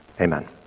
amen